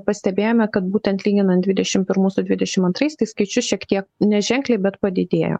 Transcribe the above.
pastebėjome kad būtent lyginant dvidešimt pirmus su dvidešimt antrais skaičius šiek tiek neženkliai bet padidėjo